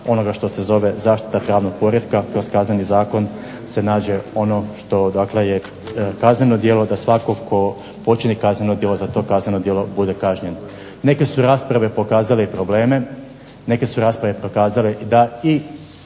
onoga što se zove zaštita pravnog poretka kroz Kazneni zakon se nađe ono što je kazneno djelo da svatko tko počini kazneno djelo za to kazneno djelo bude kažnjen. Neke su rasprave pokazale probleme, neke su rasprave pokazale da